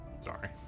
Sorry